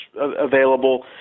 available